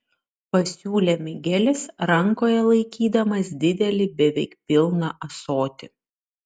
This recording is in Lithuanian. pasiūlė migelis rankoje laikydamas didelį beveik pilną ąsotį